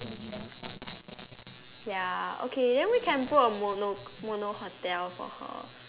ya okay then we can book a mono mono hotel for her